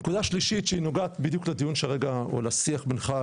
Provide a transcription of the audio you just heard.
נקודה שלישית שהיא נוגעת לשיח בינך,